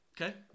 Okay